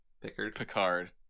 Picard